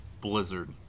Blizzard